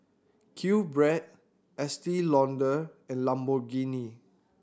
QBread Estee Lauder and Lamborghini